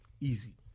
Easy